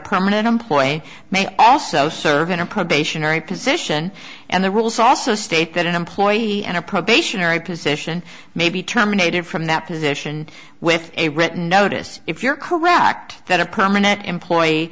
permanent employee may also serve in a probationary position and the rules also state that an employee and a probationary position may be terminated from that position with a written notice if you're correct that a permanent employee